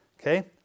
okay